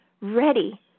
ready